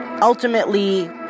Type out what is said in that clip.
Ultimately